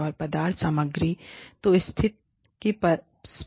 और पदार्थ सामग्री तो स्थिति की स्पर्श्यता